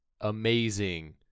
amazing